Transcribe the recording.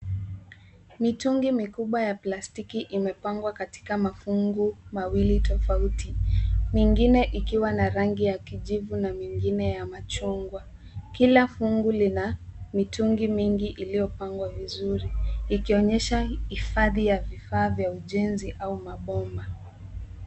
Mitungi mikubwa ya plastiki imepangwa katika mafungu mawili tofauti, mengine zikiwa kijivu na mengine ya machungwa. Kila fungu lina mitungi mingi iliyopangwa vizuri ikionyesha hifadhi ya vifaa vya ujenzi au mabomba.